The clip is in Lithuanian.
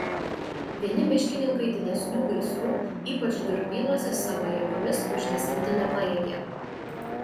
vieni miškininkai didesnių gaisrų ypač durpynuose savo jėgomis užgesinti nepajėgė